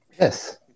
yes